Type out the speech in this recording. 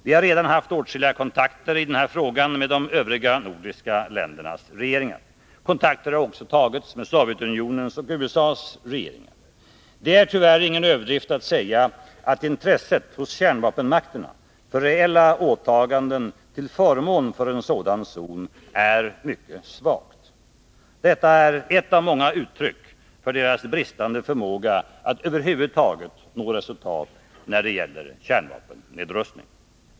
Vi har redan haft åtskilliga kontakter i denna fråga med de övriga nordiska ländernas regeringar. Kontakter har också tagits med Sovjetunionens och USA:s regeringar. Det är tyvärr ingen överdrift att säga att intresset hos kärnvapenmakterna för reella åtaganden till förmån för en sådan zon är mycket svagt. Detta är ett av många uttryck för deras bristande förmåga att över huvud taget nå resultat när det gäller kärnvapennedrustning.